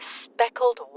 speckled